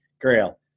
Grail